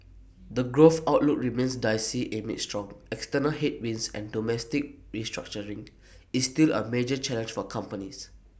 the growth outlook remains dicey amid strong external headwinds and domestic restructuring is still A major challenge for companies